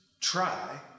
try